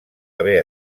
haver